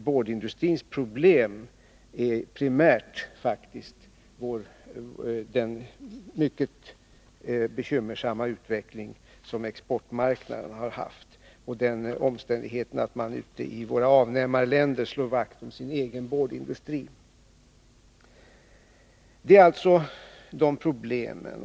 Boardindustrins problem är faktiskt primärt den mycket bekymmersamma utveckling som exportmarknaden har haft och den omständigheten att man i våra avnämarländer slår vakt om sin egen boardindustri. Detta är alltså de problem som finns.